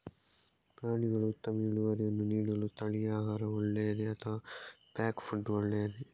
ಪ್ರಾಣಿಗಳು ಉತ್ತಮ ಇಳುವರಿಯನ್ನು ನೀಡಲು ಸ್ಥಳೀಯ ಆಹಾರ ಒಳ್ಳೆಯದೇ ಅಥವಾ ಪ್ಯಾಕ್ ಫುಡ್ ಒಳ್ಳೆಯದೇ?